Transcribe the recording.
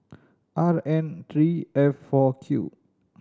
R N three F four Q